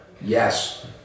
Yes